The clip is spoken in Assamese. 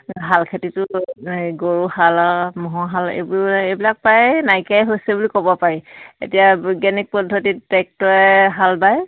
হাল খেতিটো গৰু হাল ম'হৰ হাল এইবোৰ এইবিলাক প্ৰায়ে নাইকিয়াই হৈছে বুলি ক'ব পাৰি এতিয়া বৈজ্ঞানিক পদ্ধতিত ট্ৰেক্টৰে হাল বায়